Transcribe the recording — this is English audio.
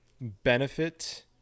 benefit